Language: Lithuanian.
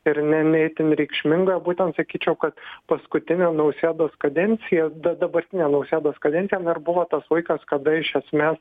ir ne ne itin reikšminga būtent sakyčiau kad paskutinė nausėdos kadencija bet dabartinė nausėdos kadencija na ir buvo tas laikas kada iš esmės